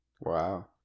Wow